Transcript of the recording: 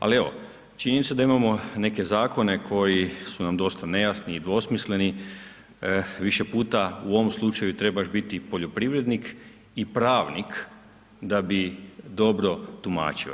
Ali činjenica je da imamo neke zakone koji su nam dosta nejasni i dvosmisleni, više puta u ovom slučaju trebaš biti poljoprivrednik i pravnik da bi dobro tumačio.